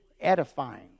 edifying